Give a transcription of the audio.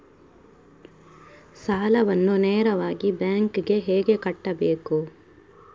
ಸಾಲವನ್ನು ನೇರವಾಗಿ ಬ್ಯಾಂಕ್ ಗೆ ಹೇಗೆ ಕಟ್ಟಬೇಕು?